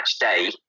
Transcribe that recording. day